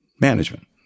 management